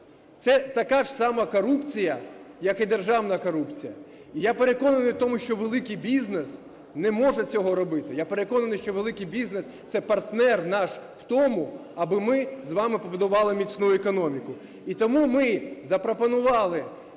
це така ж сама корупція, як і державна корупція. І я переконаний в тому, що великий бізнес не може цього робити, я переконаний, що великий бізнес – це партнер наш в тому аби ми з вами побудували міцну економіку. І тому ми запропонували